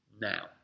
now